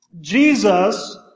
Jesus